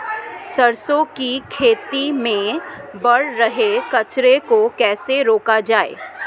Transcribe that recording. सरसों की खेती में बढ़ रहे कचरे को कैसे रोका जाए?